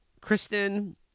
Kristen